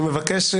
אני מבקש,